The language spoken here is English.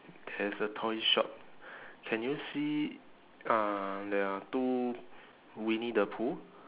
there's a toy shop can you see um there are two winnie the pooh